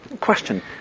Question